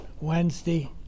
Wednesday